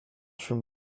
from